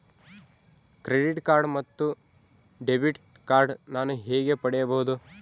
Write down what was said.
Credit card ಮತ್ತು debit card ನಾನು ಹೇಗೆ ಪಡೆಯಬಹುದು?